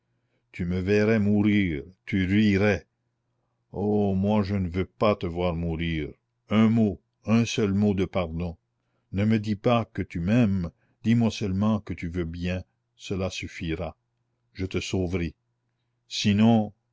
tu me verrais mourir tu rirais oh moi je ne veux pas te voir mourir un mot un seul mot de pardon ne me dis pas que tu m'aimes dis-moi seulement que tu veux bien cela suffira je te sauverai sinon